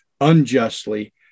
unjustly